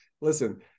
listen